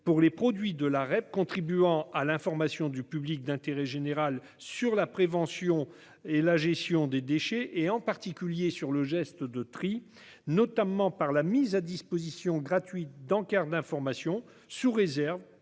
pour les produits de la REP contribuant à une information d'intérêt général du public sur la prévention et la gestion des déchets, en particulier sur le geste de tri, notamment par la mise à disposition gratuite d'encarts d'information, sous réserve